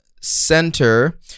Center